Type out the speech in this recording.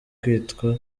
kwitwa